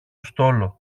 στόλο